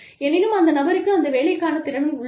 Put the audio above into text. எனினும் அந்த நபருக்கு அந்த வேலைக்கான திறன் உள்ளது